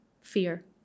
fear